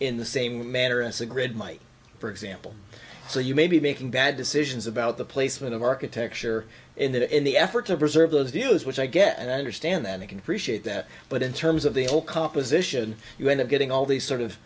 in the same manner as the grid might for example so you may be making bad decisions about the placement of architecture in the in the effort to preserve those views which i get and understand that they can appreciate that but in terms of the whole composition you end up getting all these sort of